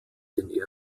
den